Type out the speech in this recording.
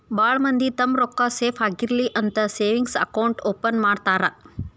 ಭಾಳ್ ಮಂದಿ ತಮ್ಮ್ ರೊಕ್ಕಾ ಸೇಫ್ ಆಗಿರ್ಲಿ ಅಂತ ಸೇವಿಂಗ್ಸ್ ಅಕೌಂಟ್ ಓಪನ್ ಮಾಡ್ತಾರಾ